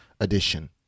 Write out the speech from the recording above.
Edition